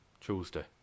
Tuesday